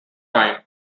time